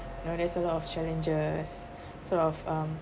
you know there's a lot of challenges sort of um